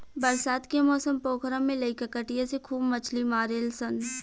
बरसात के मौसम पोखरा में लईका कटिया से खूब मछली मारेलसन